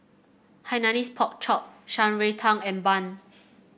Hainanese Pork Chop Shan Rui Tang and bun